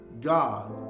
God